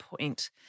point